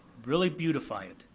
really beautify it.